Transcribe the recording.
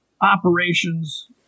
operations